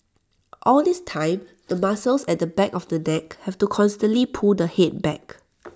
all this time the muscles at the back of the neck have to constantly pull the Head back